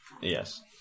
Yes